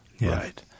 right